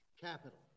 capital